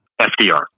FDR